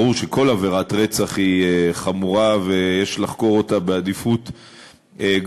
ברור שכל עבירת רצח היא חמורה ויש לחקור אותה בעדיפות גבוהה.